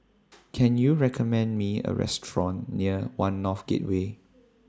Can YOU recommend Me A Restaurant near one North Gateway